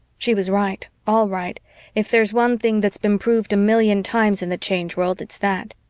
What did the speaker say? she was right, all right if there's one thing that's been proved a million times in the change world, it's that.